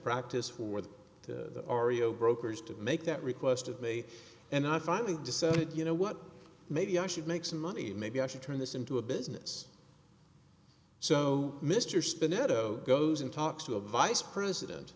practice for the brokers to make that request of me and i finally decided you know what maybe i should make some money maybe i should turn this into a business so mr spinet oh goes and talks to a vice president